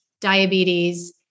diabetes